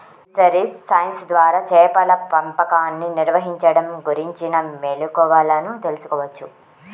fisheries science ద్వారా చేపల పెంపకాన్ని నిర్వహించడం గురించిన మెళుకువలను తెల్సుకోవచ్చు